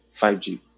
5G